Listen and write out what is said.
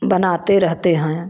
बनाते रहते हैं